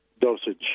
dosage